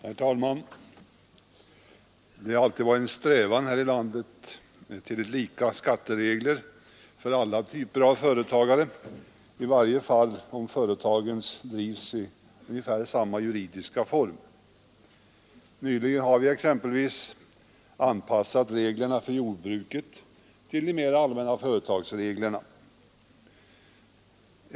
Herr talman! Det har alltid varit en strävan här i landet till lika skatteregler för alla typer av företagare, i varje fall om företagen drivs i ungefär samma juridiska form, Nyligen har vi exempelvis anpassat jordbrukets beskattningsregler till de mera allmänna reglerna för företagsbeskattningen.